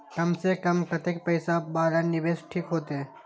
कम से कम कतेक पैसा वाला निवेश ठीक होते?